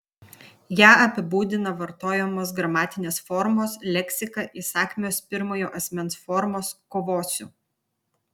ją apibūdina vartojamos gramatinės formos leksika įsakmios pirmojo asmens formos kovosiu